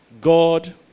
God